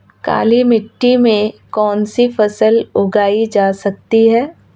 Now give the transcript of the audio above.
काली मिट्टी में कौनसी फसल उगाई जा सकती है?